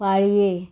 पाळये